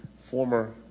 former